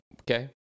Okay